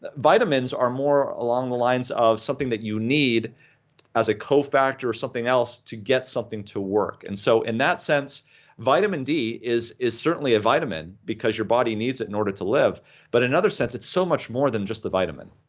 vitamins are more along the lines of something that you need as a cofactor or something else to get something to work, and so in that sense vitamin d is is certainly a vitamin because your body needs it in order to live but in other sense, it's so much more than just the vitamin.